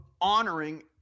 honoring